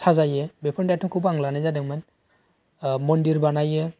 साजायो बेफोरनि दाइथ'खौबो आं लानाय जादोंमोन मन्दिर बानायो